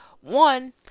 one